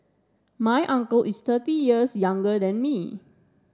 my uncle is thirty years younger than me